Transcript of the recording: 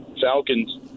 Falcons